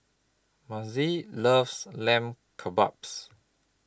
Mazie loves Lamb Kebabs